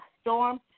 storm